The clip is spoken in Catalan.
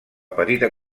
petita